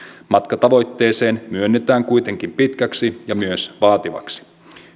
matka tavoitteeseen myönnetään kuitenkin pitkäksi ja myös vaativaksi